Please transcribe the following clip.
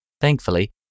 Thankfully